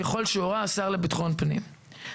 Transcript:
ככל שהורה השר לביטחון הפנים.